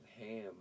Ham